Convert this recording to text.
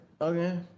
okay